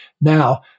Now